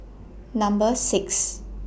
Number six